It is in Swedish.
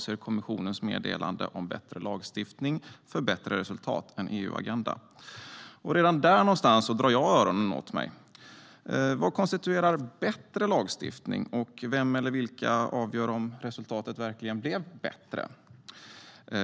om kommissionens meddelande Bättre lagstiftning för bättre resultat - en EU-agenda . Redan här drar jag öronen åt mig. Vad konstituerar "bättre" lagstiftning, och vem eller vilka avgör om resultatet verkligen blev "bättre"?